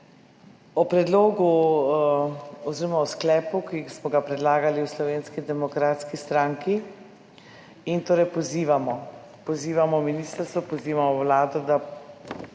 o predlogu oziroma o sklepu, ki smo ga predlagali v Slovenski demokratski stranki in torej pozivamo, pozivamo ministrstvo, pozivamo vlado, da